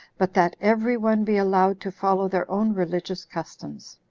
but that every one be allowed to follow their own religious customs.